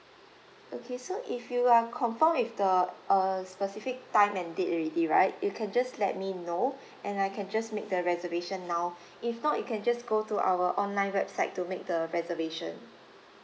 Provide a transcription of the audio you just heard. okay so if you are confirm with the uh specific time and date already right you can just let me know and I can just make the reservation now if not you can just go to our online website to make the reservation